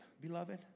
beloved